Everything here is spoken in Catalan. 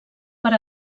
per